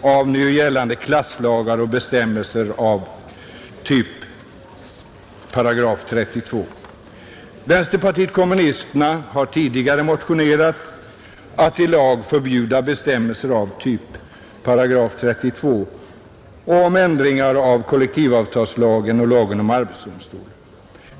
av nu gällande klasslagar och bestämmelser av typ § 32. Vänsterpartiet kommunisterna har tidigare motionerat om förbud i lag mot bestämmelser av typ § 32 och om ändringar av kollektivavtalslagen och lagen om arbetsdomstol.